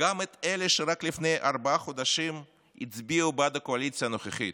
גם אלה שרק לפני ארבעה חודשים הצביעו בעד הקואליציה הנוכחית.